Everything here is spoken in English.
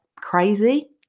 crazy